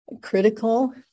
critical